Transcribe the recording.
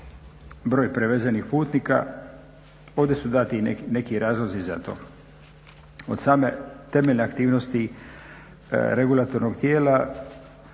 broj prevezenih putnika. Ovdje su dati i neki razlozi za to. Od same temeljne aktivnosti regulatornog tijela